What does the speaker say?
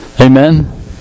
Amen